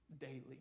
daily